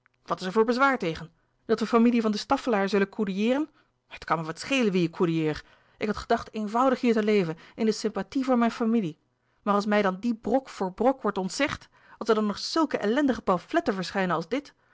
wat is er voor bezwaar tegen dat we familie van de staffelaer zullen coudoyeeren het kan mij wat schelen wie ik coudoyeer ik had gedacht eenvoudig hier te leven in de sympathie voor mijn familie maar als mij die dan brok voor brok wordt ontzegd als er dan nog zulke ellendige pamfletten verschijnen als dit